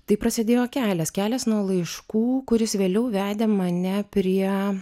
taip prasidėjo kelias kelias nuo laiškų kuris vėliau vedė mane prie